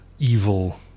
evil